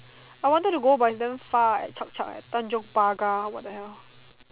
I wanted to go but it's damn far at chop chop at tanjong-pagar what the hell